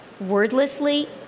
wordlessly